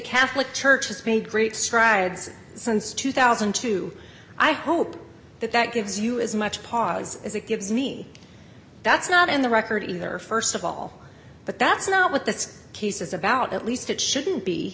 catholic church has been a great strides since two thousand and two i hope that that gives you as much pause as it gives me that's not in the record either st of all but that's not what this case is about at least it shouldn't be